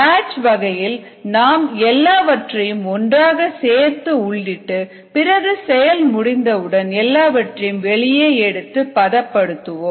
batch வகையில் நாம் எல்லாவற்றையும் ஒன்றாக சேர்த்து உள்ளிட்டு பிறகு செயல் முடிந்தவுடன் எல்லாவற்றையும் வெளியே எடுத்து பதப்படுத்துவோம்